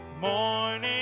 morning